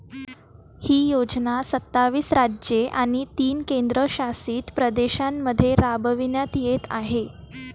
ही योजना सत्तावीस राज्ये आणि तीन केंद्रशासित प्रदेशांमध्ये राबविण्यात येत आहे